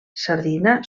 sardina